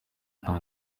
nta